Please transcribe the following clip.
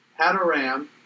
Hadaram